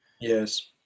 Yes